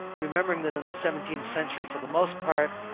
remembering that in the seventeenth century, for the most part,